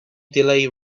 delay